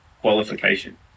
qualification